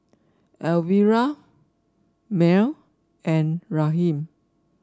Elvira Merl and Raheem